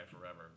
forever